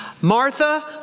Martha